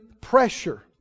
pressure